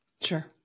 Sure